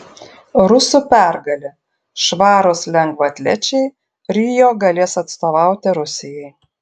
rusų pergalė švarūs lengvaatlečiai rio galės atstovauti rusijai